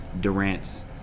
Durant's